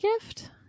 gift